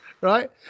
right